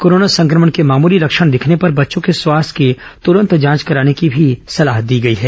corona संक्रमण के मामूली लक्षण दिखने पर बच्चों के स्वास्थ्य की तुरंत जांच कराने की भी सलाह दी गई है